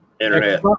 internet